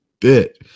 bit